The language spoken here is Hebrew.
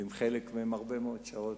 ועם חלק מהם הרבה מאוד שעות,